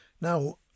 Now